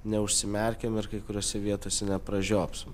neužsimerkėm ir kai kuriose vietose pražiopsom